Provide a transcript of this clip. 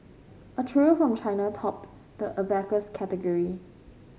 a trio from China topped the abacus category